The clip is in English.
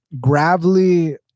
Gravely